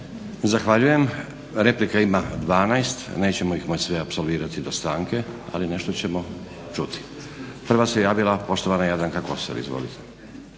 Zahvaljujem. Replika ima 12, nećemo ih moći sve apsolvirati do stanke, ali nešto ćemo čuti. Prva se javila poštovana Jadranka Kosor. Izvolite.